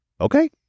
okay